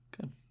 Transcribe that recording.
Good